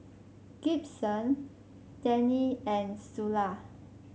Gibson Dannie and Sula